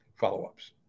follow-ups